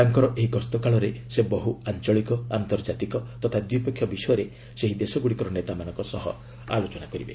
ତାଙ୍କର ଏହି ଗସ୍ତକାଳରେ ସେ ବହ୍ର ଆଞ୍ଚଳିକ ଅନ୍ତର୍ଜାତୀୟକ ତଥା ଦ୍ୱିପକ୍ଷୀୟ ବିଷୟରେ ସେହି ଦେଶଗୁଡ଼ିକର ନେତାମାନଙ୍କ ସହ ଆଲୋଚନା କରିବେ